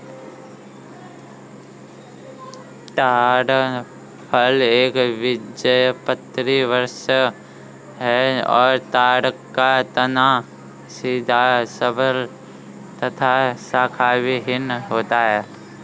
ताड़ फल एक बीजपत्री वृक्ष है और ताड़ का तना सीधा सबल तथा शाखाविहिन होता है